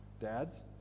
dads